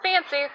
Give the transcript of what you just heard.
Fancy